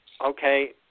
okay